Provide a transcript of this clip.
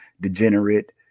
degenerate